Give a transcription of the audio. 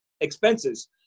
expenses